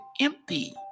empty